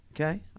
Okay